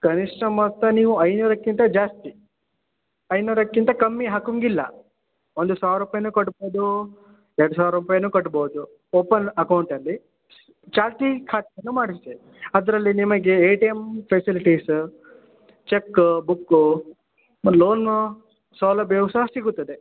ಕನಿಷ್ಠ ಮೊತ್ತ ನೀವು ಐನೂರಕ್ಕಿಂತ ಜಾಸ್ತಿ ಐನೂರಕ್ಕಿಂತ ಕಮ್ಮಿ ಹಾಕೊಂಗಿಲ್ಲ ಒಂದು ಸಾವಿರ ರೂಪಾಯನ್ನೂ ಕಟ್ಬೋದು ಎರಡು ಸಾವಿರ ರೂಪಾಯನ್ನೂ ಕಟ್ಬೋದು ಓಪನ್ ಅಕೌಂಟಲ್ಲಿ ಚಾಲ್ತಿ ಖಾತೆಯನ್ನು ಮಾಡಿಸಿ ಅದರಲ್ಲಿ ನಿಮಗೆ A T M facilities cheque book ಆಮೇಲೆ ಲೋನು ಸೌಲಭ್ಯವು ಸಹ ಸಿಗುತ್ತದೆ